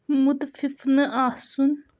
مُتفِف نہٕ آسُن